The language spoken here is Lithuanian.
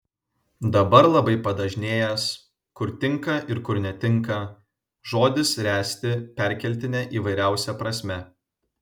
dabar labai padažnėjęs kur tinka ir kur netinka žodis ręsti perkeltine įvairiausia prasme